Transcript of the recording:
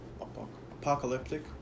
apocalyptic